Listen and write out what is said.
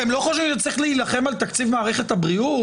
אתם לא חושבים שצריך להילחם על תקציב מערכת הבריאות?